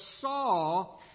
saw